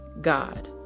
God